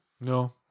No